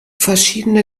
verschiedene